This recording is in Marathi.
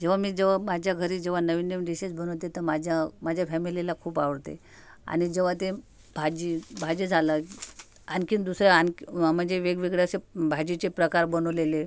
जेव्हा मी जेव्हा माझ्या घरी जेव्हा नवीन नवीन डीशेस बनवते त माझ्या माझ्या फॅमिलीला खूप आवडते आणि जेव्हा ते भाजी भाजी झालं आणखीन दुसऱ्या आण म्हणजे वेगवेगळ्या असे भाजीचे प्रकार बनवलेले